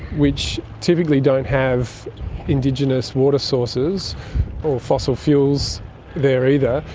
which typically don't have indigenous water sources or fossil fuels there either,